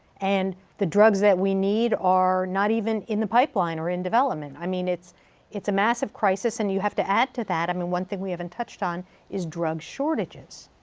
and the drugs that we need are not even in the pipeline or in development. i mean it's it's a massive crisis and you have to add to that, i mean one thing we haven't touched on is drug shortages.